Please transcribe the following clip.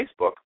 Facebook